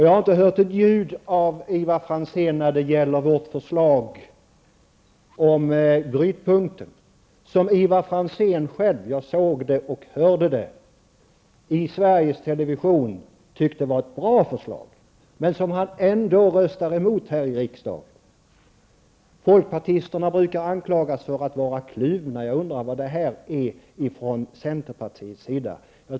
Jag har inte hört ett ljud från Ivar Franzén när det gäller vårt förslag om brytpunkten, som han själv -- jag såg och hörde det i Sveriges Television -- tyckte var ett bra förslag men som han ändå röstar emot här i riksdagen. Folkpartisterna brukar anklagas för att vara kluvna, och jag undrar vad centerpartisterna är.